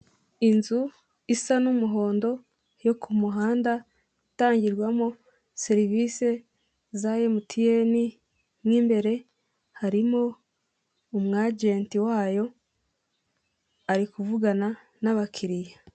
Inzu isa n'umuhondo iri ku muhanda, itangirwamo serivisi za MTN, mo imbere harimo umwajenti wayo, ari kuvugana n'abakiriya.